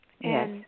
Yes